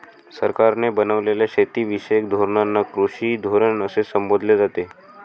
सरकारने बनवलेल्या शेतीविषयक धोरणांना कृषी धोरण असे संबोधले जाते